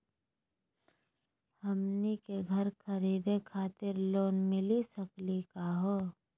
हमनी के घर खरीदै खातिर लोन मिली सकली का हो?